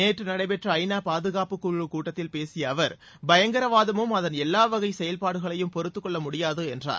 நேற்று நடைபெற்ற ஐ நா பாதுகாப்பு குழுக் கூட்டத்தில் பேசிய அவர் பயங்கரவாதழும் அதன் எல்லா வகை செயல்பாடுகளையும் பொறுத்துக் கொள்ள முடியாது என்றார்